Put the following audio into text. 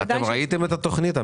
אמיר, אתם ראיתם את התוכנית?